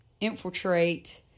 infiltrate